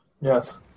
yes